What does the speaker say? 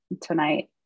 tonight